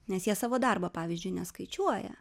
nes jie savo darbo pavyzdžiui neskaičiuoja